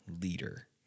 leader